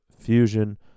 Fusion